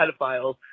pedophiles